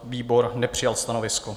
Výbor nepřijal stanovisko.